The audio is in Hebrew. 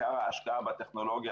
עיקר ההשקעה בטכנולוגיה,